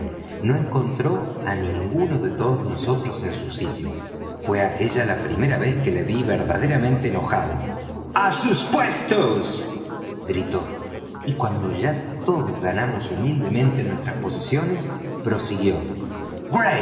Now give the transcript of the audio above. no encontró á ninguno de todos nosotros en su sitio fué aquella la primera vez que le ví verdaderamente enojado á sus puestos gritó y cuando ya todos ganamos humildemente nuestras posiciones prosiguió